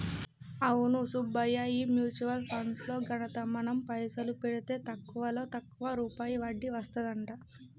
అవును సుబ్బయ్య ఈ mutual funds లో ఘనత మనం పైసలు పెడితే తక్కువలో తక్కువ రూపాయి వడ్డీ వస్తదంట